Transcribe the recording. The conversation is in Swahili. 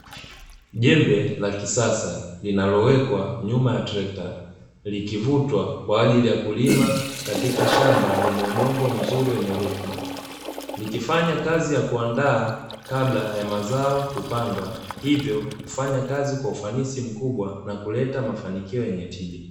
Jembe la kisasa, linalowekwa nyuma ya trekta, likivutwa kwaajili ya kulima katika shamba lenye udongo mzuri wenye rutuba, likifanya kazi ya kuandaa kabla ya mazao kupandwa, hivyo kufanya kazi kwa ufanisi mkubwa na kuleta mafanikio yenye tija.